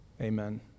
amen